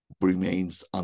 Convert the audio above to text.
remains